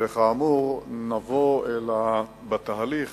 וכאמור, נבוא בתהליך